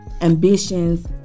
ambitions